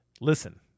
Listen